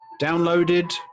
downloaded